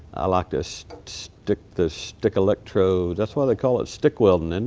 i like to so stick the stick electrode. that's why they call it stick welding, and